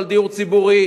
על דיור ציבורי,